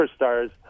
superstars